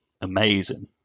amazing